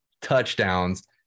touchdowns